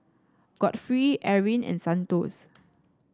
Godfrey Eryn and Santos